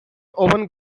oven